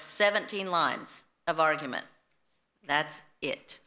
seventeen lines of argument that it